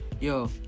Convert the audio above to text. Yo